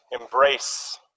embrace